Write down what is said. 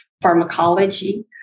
pharmacology